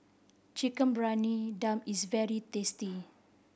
Chicken Briyani Dum is very tasty